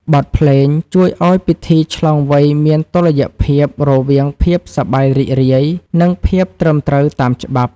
បទភ្លេងជួយឱ្យពិធីឆ្លងវ័យមានតុល្យភាពរវាងភាពសប្បាយរីករាយ និងភាពត្រឹមត្រូវតាមច្បាប់។